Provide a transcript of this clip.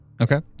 Okay